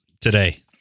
today